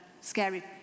scary